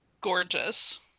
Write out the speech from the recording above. gorgeous